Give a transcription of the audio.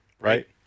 right